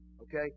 Okay